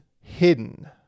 hidden